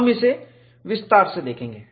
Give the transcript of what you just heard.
हम इसे विस्तार से देखेंगे